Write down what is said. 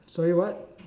sorry what